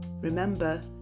Remember